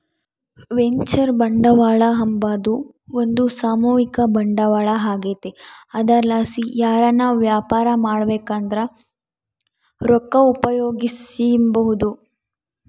venture ಬಂಡವಾಳ ಅಂಬಾದು ಒಂದು ಸಾಮೂಹಿಕ ಬಂಡವಾಳ ಆಗೆತೆ ಅದರ್ಲಾಸಿ ಯಾರನ ವ್ಯಾಪಾರ ಮಾಡ್ಬಕಂದ್ರ ರೊಕ್ಕ ಉಪಯೋಗಿಸೆಂಬಹುದು